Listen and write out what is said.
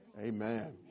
Amen